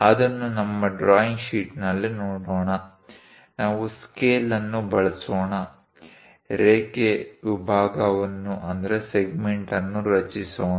ಅದನ್ನು ನಮ್ಮ ಡ್ರಾಯಿಂಗ್ ಶೀಟ್ನಲ್ಲಿ ನೋಡೋಣ ನಾವು ಸ್ಕೇಲ್ ಅನ್ನು ಬಳಸೋಣ ರೇಖೆ ವಿಭಾಗವನ್ನು ರಚಿಸೋಣ